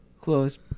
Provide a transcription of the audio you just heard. Close